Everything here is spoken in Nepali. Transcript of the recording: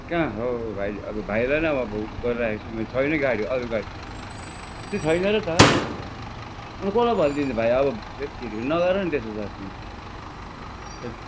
कहाँ हौ भाइ अब भाइलाई नै अब गरिरहेको छु मैले छैन गाडी अरू गाडी त्यही छैन र त अन्त कसलाई भनिदिने भाइ अब हैट् तेरिका नगर न त्यसो त तिमी चाहिँ हैट्